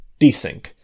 Desync